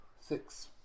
Six